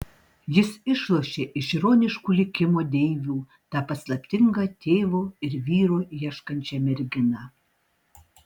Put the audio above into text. jis išlošė iš ironiškų likimo deivių tą paslaptingą tėvo ir vyro ieškančią merginą